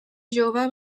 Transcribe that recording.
jove